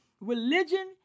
Religion